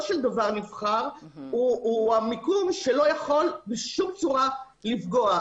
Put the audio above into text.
של דבר נבחר הוא המיקום שלא יכול בשום צורה לפגוע.